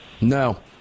No